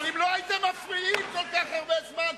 אבל אם לא הייתם מפריעים כל כך הרבה זמן,